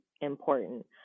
important